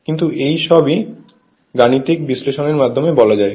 কিন্তু এই সবই গাণিতিক বিশ্লেষণের মাধ্যমে বলা যায়